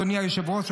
אדוני היושב-ראש,